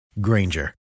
Granger